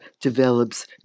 develops